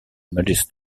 modus